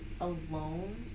alone